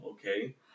Okay